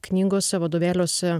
knygose vadovėliuose